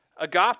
Agape